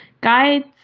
Guides